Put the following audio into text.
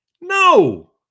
no